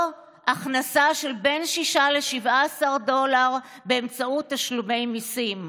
הכנסה של בין 6 ל-17 דולר באמצעות תשלומי מיסים.